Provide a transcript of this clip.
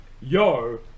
yo